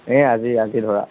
এই আজি আজি ধৰা